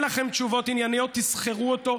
אין לכם תשובות ענייניות, תסכרו אותו.